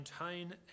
maintain